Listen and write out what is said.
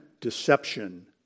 deception